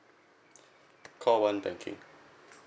call one banking